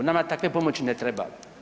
Nama takve pomoći ne treba.